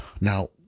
now